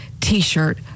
t-shirt